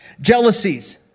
jealousies